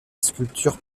sculpture